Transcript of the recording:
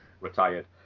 retired